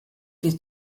wir